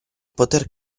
poter